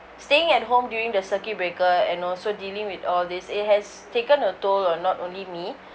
staying at home during the circuit breaker and also dealing with all this it has taken a toll on not only me